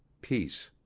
peace.